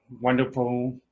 wonderful